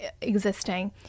existing